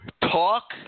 Talk